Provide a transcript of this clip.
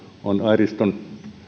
on airiston